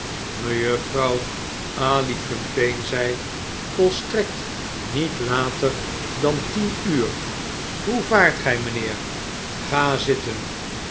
mejuffrouw alicumpaine zei volstrekt niet later dan tien uur hoe vaart gij mynheer ga zitten